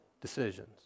decisions